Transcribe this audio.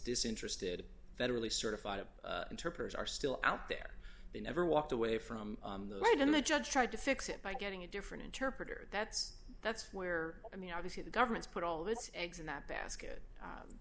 disinterested federally certified up interpreters are still out there they never walked away from the light and the judge tried to fix it by getting a different interpreter that's that's where i mean obviously the government's put all its eggs in that basket